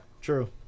True